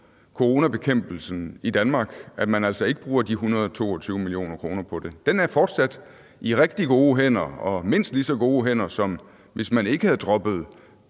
coronabekæmpelsen i Danmark, at man altså ikke bruger de 122 mio. kr. på det. Den er fortsat i rigtig gode hænder og mindst lige så gode hænder, som hvis man ikke havde droppet